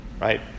right